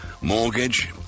mortgage